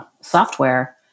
software